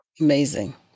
Amazing